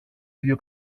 ίδιο